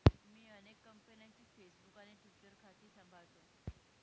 मी अनेक कंपन्यांची फेसबुक आणि ट्विटर खाती सांभाळतो